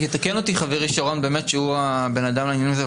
יתקן אותי חברי שרון הוא הבן אדם לעניין הזה,